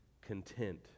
content